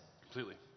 Completely